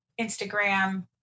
Instagram